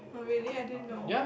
oh really I didn't know